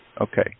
Okay